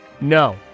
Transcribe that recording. No